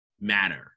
matter